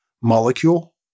molecule